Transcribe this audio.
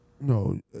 No